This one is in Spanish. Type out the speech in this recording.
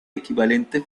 equivalente